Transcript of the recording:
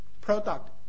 product